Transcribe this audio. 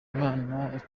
imana